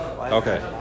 Okay